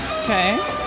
Okay